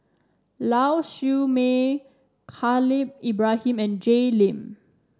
Lau Siew Mei Khalil Ibrahim and Jay Lim